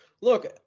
Look